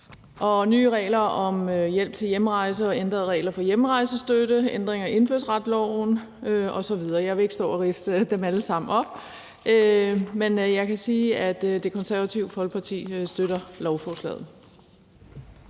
og nye regler om hjælp til hjemrejse og ændrede regler for hjemrejsestøtte, ændring af indfødsretsloven osv. Jeg vil ikke stå og ridse dem alle sammen op, men jeg kan sige, at Det Konservative Folkeparti støtter lovforslaget.